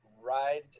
ride